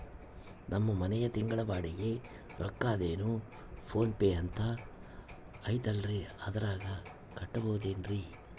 ನಮ್ಮ ಮನೆಯ ತಿಂಗಳ ಬಾಡಿಗೆ ರೊಕ್ಕ ಅದೇನೋ ಪೋನ್ ಪೇ ಅಂತಾ ಐತಲ್ರೇ ಅದರಾಗ ಕಟ್ಟಬಹುದೇನ್ರಿ?